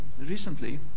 recently